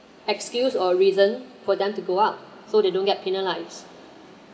excuse or reason for them to go out so they don't get penalised